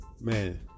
man